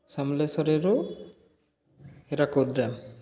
ସମଲେଶ୍ଵରୀରୁ Hirakud dam